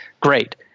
great